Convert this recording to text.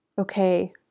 okay